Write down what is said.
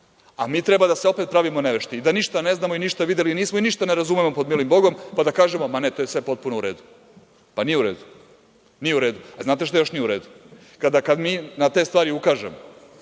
a mi treba da se opet pravimo nevešti i da ništa ne znamo i da ništa videli nismo i ništa ne razumemo pod milim Bogom, pa da kažemo – ma to je sve potpuno u redu. Pa nije u redu. Nije u redu, a znate šta još nije u redu, kada mi na te stvari ukažemo